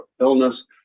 illness